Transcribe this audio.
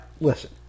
listen